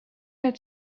het